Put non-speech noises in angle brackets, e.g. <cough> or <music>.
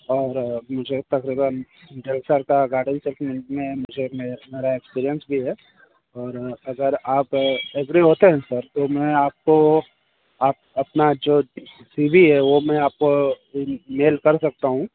और मुझे तकरीबन डेढ़ साल का <unintelligible> में मुझे में एक्सपीरियंस भी है और अगर आप एग्री होते हैं सर तो मैं आपको आप अपना जो सी वी है वह मैं आपको मेल कर सकता हूँ